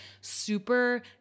super